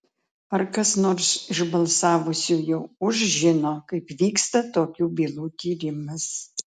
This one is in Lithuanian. ar kas nors iš balsavusiųjų už žino kaip vyksta tokių bylų tyrimas